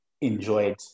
enjoyed